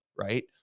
right